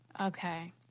okay